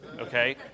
Okay